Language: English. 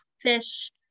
fish